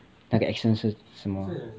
那个 accent 是什么